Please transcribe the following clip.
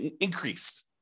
increased